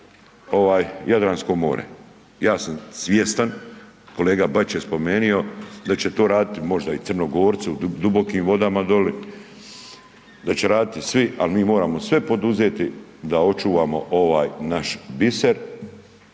i Jadransko more. Ja sam svjestan, kolega Bačić je spomenu do će to možda raditi možda i Crnogorci u dubokom vodama doli, da će raditi svi, al mi moramo sve poduzeti da očuvamo ovaj naš biser.